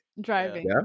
Driving